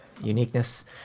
uniqueness